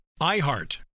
IHEART